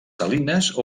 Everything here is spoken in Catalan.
salines